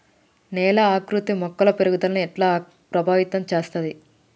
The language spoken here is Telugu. నేల ఆకృతి మొక్కల పెరుగుదలను ఎట్లా ప్రభావితం చేస్తది?